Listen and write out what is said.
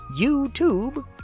YouTube